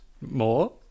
More